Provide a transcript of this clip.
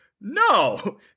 No